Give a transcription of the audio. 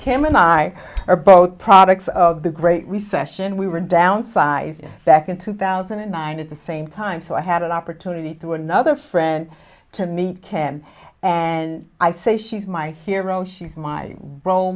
kim and i are both products of the great recession we were downsized back in two thousand and nine at the same time so i had an opportunity to another friend to meet kim and i say she's my hero she's my role